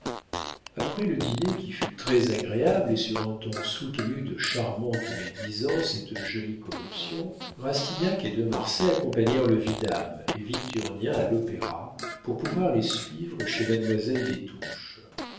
après le dîner qui fut très-agréable et sur un ton soutenu de charmante médisance et de jolie corruption rastignac et de marsay accompagnèrent le vidame et victurnien à l'opéra pour pouvoir les suivre chez mademoiselle